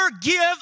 give